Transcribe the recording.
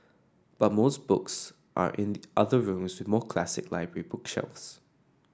but most books are in other rooms with more classic library bookshelves